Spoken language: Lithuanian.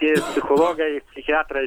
ir psichologai psichiatrai